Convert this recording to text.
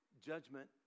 judgment